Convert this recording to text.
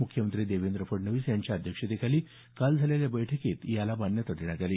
मुख्यमंत्री देवेंद्र फडणवीस यांच्या अध्यक्षतेखाली काल झालेल्या बैठकीत मान्यता देण्यात आली